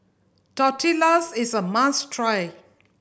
tortillas is a must try